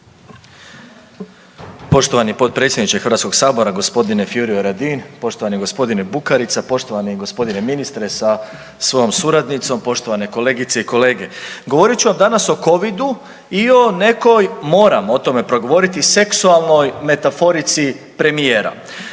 Poštovani potpredsjedniče HS-a g. Furio Radin, poštovani g. Bukarice, poštovani g. ministre sa svojim suradnicom, poštovane kolegice i kolege. Govorit ću vam danas o covidu i o nekoj, moram o tome progovoriti seksualnoj metaforici premijera.